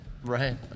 right